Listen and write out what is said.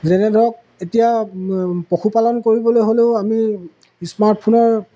যেনে ধৰক এতিয়া পশুপালন কৰিবলৈ হ'লেও আমি স্মাৰ্টফোনৰ